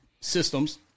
systems